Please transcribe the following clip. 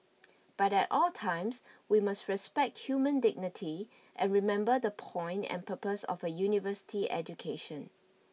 but at all times we must respect human dignity and remember the point and purpose of a University education